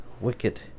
wicked